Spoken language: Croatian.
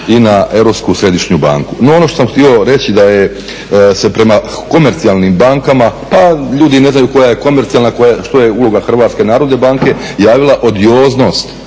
i na Europsku središnju banku. No, ono što sam htio reći da se prema komercijalnim bankama, pa ljudi ne znaju koja je komercijalna, što je uloga HNB-a, javila se odioznost